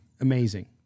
Amazing